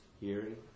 Hearing